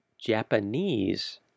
Japanese